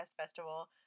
Festival